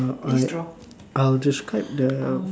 I'll describe the